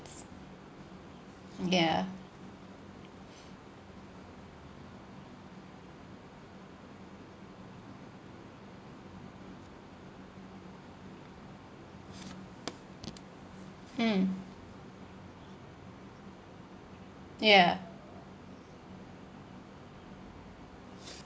ya mm ya